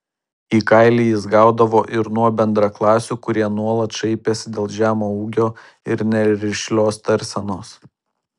į kailį jis gaudavo ir nuo bendraklasių kurie nuolat šaipėsi dėl žemo ūgio ir nerišlios tarsenos